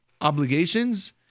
obligations